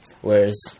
whereas